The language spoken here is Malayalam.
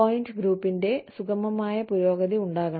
പോയിന്റ് ഗ്രൂപ്പിംഗിന്റെ സുഗമമായ പുരോഗതി ഉണ്ടാകണം